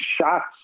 shots